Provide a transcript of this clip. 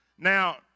Now